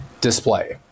display